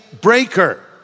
breaker